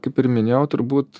kaip ir minėjau turbūt